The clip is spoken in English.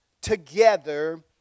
together